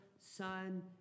son